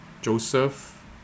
Joseph